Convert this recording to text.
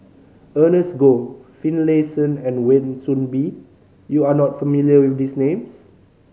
Ernest Goh Finlayson and Wan Soon Bee you are not familiar with these names